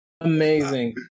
amazing